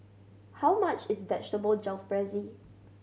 how much is Vegetable Jalfrezi